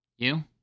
You